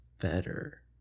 better